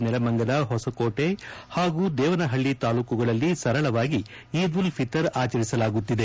ನೆಲಮಂಗಲ ಹೊಸಕೋಟೆ ಹಾಗೂ ದೇವನಹಳ್ಳಿ ತಾಲೂಕುಗಳಲ್ಲಿ ಸರಳವಾಗಿ ಈದ್ ಉಲ್ ಫಿತರ್ ಆಚರಿಸಲಾಗುತ್ತಿದೆ